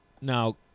Now